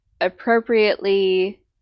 appropriately